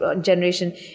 generation